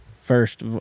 first